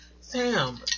Sam